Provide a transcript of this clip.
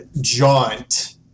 jaunt